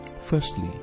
Firstly